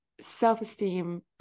self-esteem